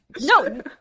No